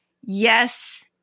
Yes